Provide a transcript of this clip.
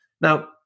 Now